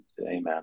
amen